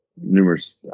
numerous